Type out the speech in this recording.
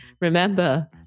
remember